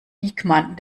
diekmann